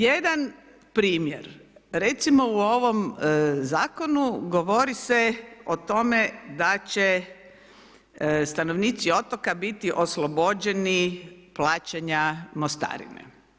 Jedan primjer, recimo u ovom Zakonu govori se o tome da će stanovnici otoka biti oslobođeni plaćanja mostarine.